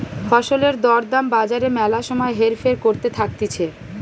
ফসলের দর দাম বাজারে ম্যালা সময় হেরফের করতে থাকতিছে